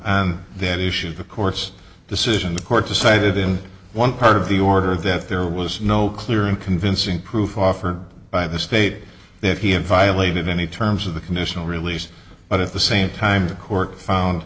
and then issues of course decision the court decided in one part of the order that there was no clear and convincing proof offered by the state that he had violated any terms of the conditional release but at the same time the court found